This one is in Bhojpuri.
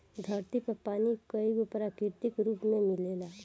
धरती पर पानी कईगो प्राकृतिक रूप में मिलेला